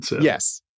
Yes